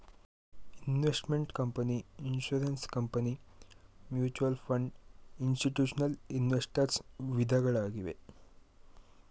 investment company, insurance company, mutual fund, institutional investors ವಿಧಗಳಾಗಿವೆ